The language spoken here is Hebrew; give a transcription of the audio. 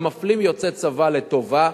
הם מפלים יוצאי צבא לטובה,